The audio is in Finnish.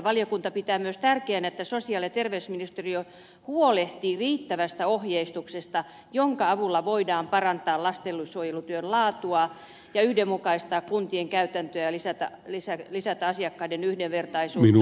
valiokunta pitää myös tärkeänä että sosiaali ja terveysministeriö huolehtii riittävästä ohjeistuksesta jonka avulla voidaan parantaa lastensuojelutyön laatua yhdenmukaistaa kuntien käytäntöjä ja lisätä asiakkaiden yhdenvertaisuutta